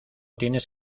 tienes